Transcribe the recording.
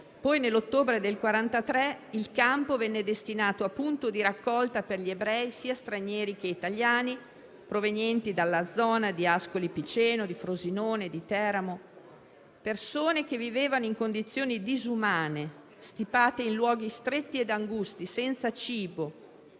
Nell'ottobre del 1943 il campo venne destinato a punto di raccolta per gli ebrei, sia stranieri che italiani, provenienti dalla zona di Ascoli Piceno, Frosinone e Teramo. Tali persone vivevano in condizioni disumane: stipati in luoghi stretti e angusti, senza cibo.